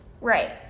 Right